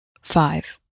five